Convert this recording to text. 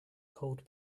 cold